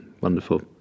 wonderful